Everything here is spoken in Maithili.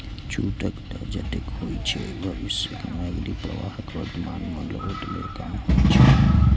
छूटक दर जतेक होइ छै, भविष्यक नकदी प्रवाहक वर्तमान मूल्य ओतबे कम होइ छै